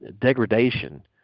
degradation